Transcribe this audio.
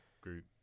group